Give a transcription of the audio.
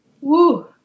Woo